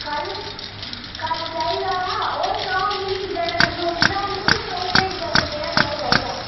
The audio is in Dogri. कल कल चाहिदा हा मिगी ओह् सनाओ हां डिजाईन बनाई ओड़गे ना जां ओह् भेजां कनेहा निहा चाहिदा